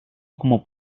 como